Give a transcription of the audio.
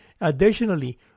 Additionally